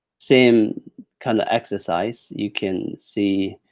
same kind of exercise, you can see,